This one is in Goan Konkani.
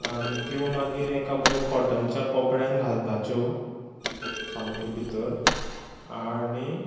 आनी त्यो मागीर एका बरे कॉटनच्या कपड्यान घालपाच्यो सामक्यो भितर आनी